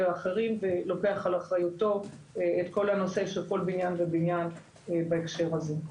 ואחרים ולוקח על אחריותו את כל הנושא של כל בניין ובניין בהקשר הזה.